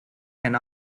can